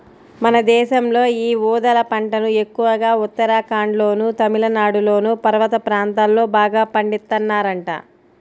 మన దేశంలో యీ ఊదల పంటను ఎక్కువగా ఉత్తరాఖండ్లోనూ, తమిళనాడులోని పర్వత ప్రాంతాల్లో బాగా పండిత్తన్నారంట